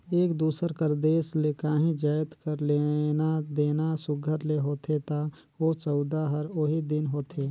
एक दूसर कर देस ले काहीं जाएत कर लेना देना सुग्घर ले होथे ता ओ सउदा हर ओही दिन होथे